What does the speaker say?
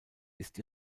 ist